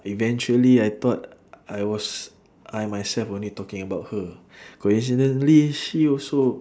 eventually I thought I was I myself only talking about her coincidentally she also